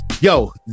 Yo